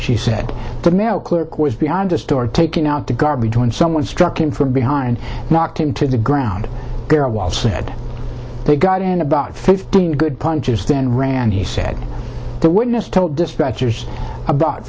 she said the mail clerk was beyond a store taking out the garbage when someone struck him from behind knocked him to the ground there awhile said they got in about fifteen good punches then ran he said the witness told dispatchers about